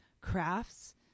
crafts